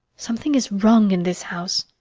something is wrong in this house.